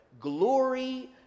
glory